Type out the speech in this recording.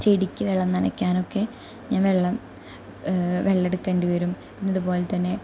ചെടിക്കു വെള്ളം നനയ്ക്കാനൊക്കെ ഞാൻ വെള്ളം വെള്ളം എടുക്കേണ്ടി വരും പിന്നെ അതുപോലെ തന്നെ